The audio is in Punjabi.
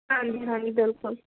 ਹਾਂਜੀ ਹਾਂਜੀ ਬਿਲਕੁਲ